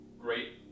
Great